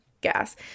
gas